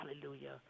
hallelujah